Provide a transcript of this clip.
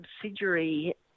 subsidiary